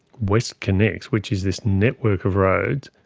westconnex, which is this network of roads,